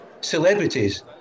celebrities